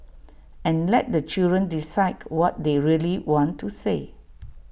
and let the children decide what they really want to say